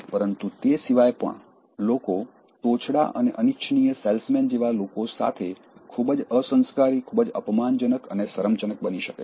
પરંતુ તે સિવાય પણ લોકો તોછડા અને અનિચ્છનીય સેલ્સમેન જેવા લોકો સાથે ખૂબ જ અસંસ્કારી ખૂબ જ અપમાનજનક અને શરમજનક બની શકે છે